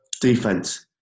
defense